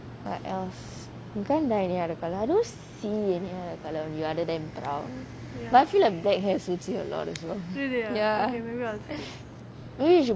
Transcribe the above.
what else I can't find any other colour I don't see any other colour other than brown but I feel like black hair suits you a lot also ya maybe you should